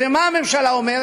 כי הרי מה הממשלה אומרת?